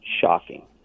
shocking